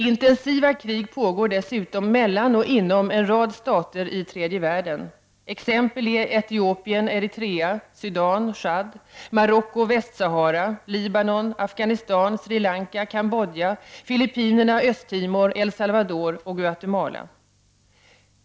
Intensiva krig pågår dessutom mellan och inom en rad stater i tredje världen, t.ex. Etiopien-Eritrea, Sudan, Tchad, Marocko-Västsahara, Libanon, Afghanistan, Sri Lanka, Cambodja, Filippinerna, Östtimor, El Salvador och Guatemala.